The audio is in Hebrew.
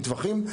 מטווחים.